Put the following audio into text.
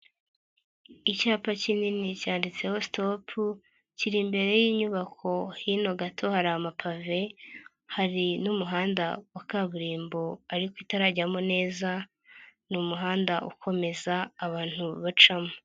Icyapa kinini cyanditseho sitopu, kiri imbere y'inyubako hino gato hari amapave, hari n'umuhanda wa kaburimbo ariko itarajyamo neza, ni umuhanda ukomeza abantu bacamo.